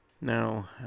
Now